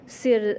ser